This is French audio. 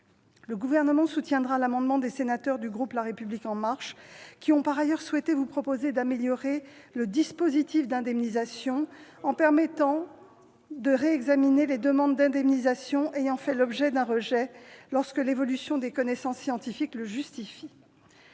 Le Gouvernement soutiendra l'amendement des sénateurs du groupe La République En Marche, qui ont par ailleurs souhaité vous proposer d'améliorer le dispositif d'indemnisation en permettant le réexamen des demandes d'indemnisation ayant fait l'objet d'un rejet lorsque l'évolution des connaissances scientifiques le justifie.